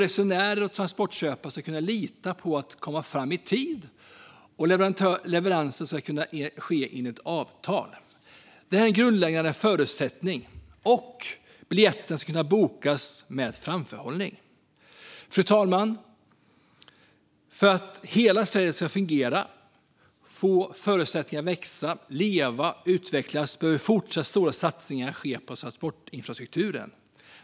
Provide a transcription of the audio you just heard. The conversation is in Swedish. Resenärer ska kunna lita på att de kommer fram i tid och transportköpare att leveranser sker enligt avtal. Det är grundläggande förutsättningar, och biljetter ska kunna bokas med framförhållning. Fru talman! För att hela Sverige ska fungera och få förutsättningar att växa, leva och utvecklas behövs stora satsningar på transportinfrastrukturen.